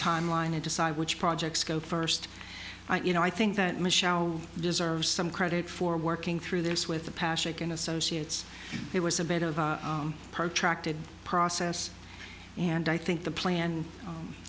timeline and decide which projects go first you know i think that michelle deserves some credit for working through this with a passion and associates it was a bit of a protracted process and i think the plan